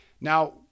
Now